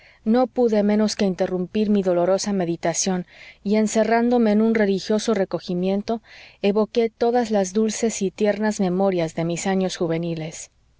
no pude menos que interrumpir mi dolorosa meditación y encerrándome en un religioso recogimiento evoqué todas las dulces y tiernas memorias de mis años juveniles